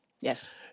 Yes